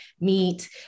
meet